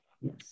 Yes